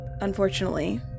Unfortunately